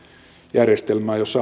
järjestelmään jossa